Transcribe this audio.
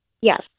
Yes